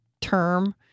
term